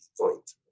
Point